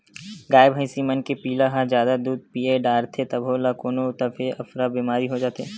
गाय भइसी मन के पिला ह जादा दूद पीय डारथे तभो ल कोनो दफे अफरा बेमारी हो जाथे